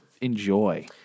enjoy